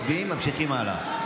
מצביעים וממשיכים הלאה.